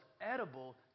edible